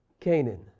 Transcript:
Canaan